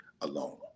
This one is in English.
alone